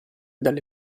dalle